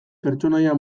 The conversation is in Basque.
pertsonaia